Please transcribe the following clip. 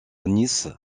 nice